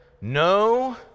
No